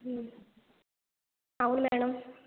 అవును మేడం